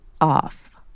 off